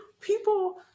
people